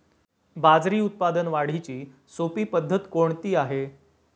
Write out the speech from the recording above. बाजरी उत्पादन वाढीची सोपी पद्धत कोणती आहे?